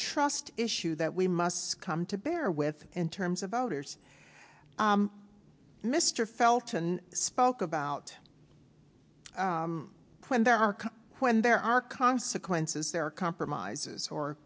trust issue that we must come to bear with in terms of voters mr felt and spoke about when there are when there are consequences there are compromises or